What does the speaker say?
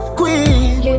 queen